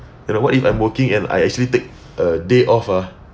you know what if I'm working and I actually take a day off ah